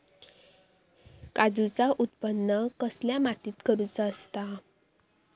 काजूचा उत्त्पन कसल्या मातीत करुचा असता?